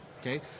Okay